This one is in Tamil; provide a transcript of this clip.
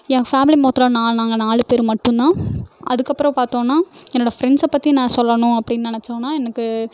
என் ஃபேமிலி மொத்தம் நான் நாங்கள் நாலு பேர் மட்டும்தான் அதுக்கப்புறோம் பாத்தோன்னா என்னோட ஃப்ரெண்ட்ஸை பற்றி நான் சொல்லணும் அப்படின் நினைச்சோன்னா எனக்கு